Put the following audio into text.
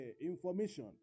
information